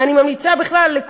ואני ממליצה בכלל,